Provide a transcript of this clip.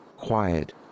quiet